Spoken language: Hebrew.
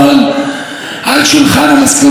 זה מה שאני רוצה בחוק הלאום.